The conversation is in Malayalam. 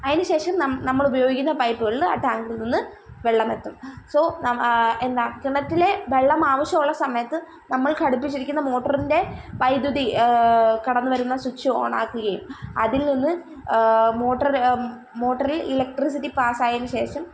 അതിനു ശേഷം നം നമ്മളുപയോഗിക്കുന്ന പൈപ്പുകളിൽ ആ ടാങ്കിൽ നിന്നു വെള്ളം എത്തും സൊ നം എന്താ കിണറ്റിലെ വെള്ളം ആവശ്യമുള്ള സമയത്ത് നമ്മൾ ഘടിപ്പിച്ചിരിക്കുന്ന മോട്ടറിൻ്റെ വൈദ്യുതി കടന്നുവരുന്ന സ്വിച്ച് ഓൺ ആക്കുകയും അതിൽ നിന്ന് മോട്ടർ മോട്ടറിൽ ഇലക്ട്രിസിറ്റി പാസ്സായതിനു ശേഷം